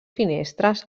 finestres